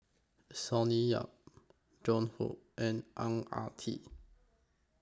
Sonny Yap Joan Hon and Ang Ah Tee